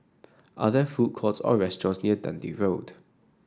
are there food courts or restaurants near Dundee Road